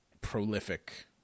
prolific